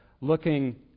looking